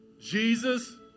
Jesus